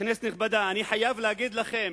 כנסת נכבדה, אני חייב להגיד לכם: